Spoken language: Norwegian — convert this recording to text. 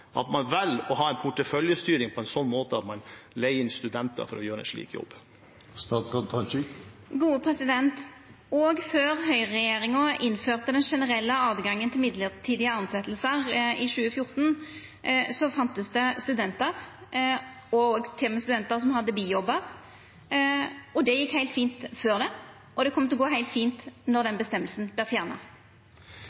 å ha porteføljestyring på en sånn måte at man leier inn studenter til å gjøre en slik jobb? Òg før høgreregjeringa innførte den generelle tilgangen til mellombelse tilsetjingar i 2014, fanst det studentar – til og med studentar som hadde bijobbar. Det gjekk heilt fint før det, og det kjem til å gå heilt fint når den